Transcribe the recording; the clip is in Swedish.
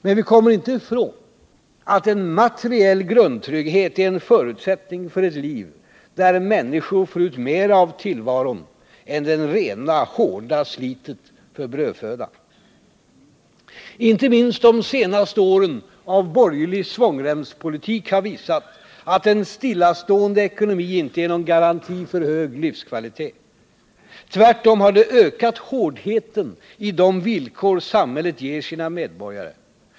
Men vi kommer inte ifrån att en materiell grundtrygghet är en förutsättning för ett liv där människor får ut mera av tillvaron än det rena, hårda slitet för brödfödan. Inte minst de senaste åren av borgerlig svångremspolitik har visat att en stillastående ekonomi inte är någon garanti för höjd livskvalitet. Tvärtom har den ökat hårdheten i de villkor samhället ger sina medborgare.